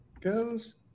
goes